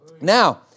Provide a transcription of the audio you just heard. Now